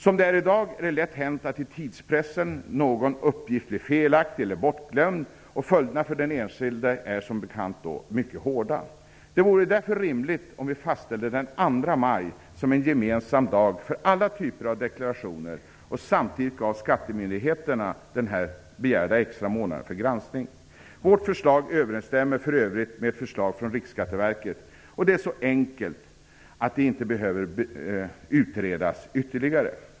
Som det är i dag är det lätt hänt att någon uppgift blir felaktig eller bortglömd på grund av tidspressen. Följderna för den enskilde blir som bekant mycket hårda. Det vore därför rimligt att fastställa den 2 maj som en gemensam dag för alla typer av deklarationer. Samtidigt bör skattemyndigheterna få den begärda extra månaden för granskning. Vårt förslag överensstämmer för övrigt med ett förslag från Riksskatteverket. Det är så enkelt att det inte behöver utredas ytterligare.